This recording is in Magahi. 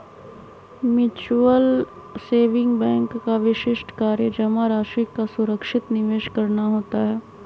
म्यूच्यूअल सेविंग बैंक का विशिष्ट कार्य जमा राशि का सुरक्षित निवेश करना होता है